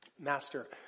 Master